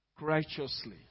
righteously